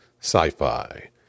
Sci-Fi